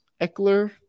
Eckler